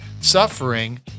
suffering